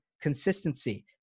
consistency